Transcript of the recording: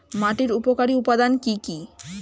মাটির উপকারী উপাদান কি কি?